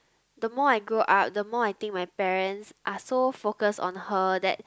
the more I go out the more I think my parents are so focus on her that